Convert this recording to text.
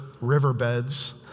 riverbeds